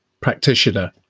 practitioner